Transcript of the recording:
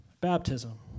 baptism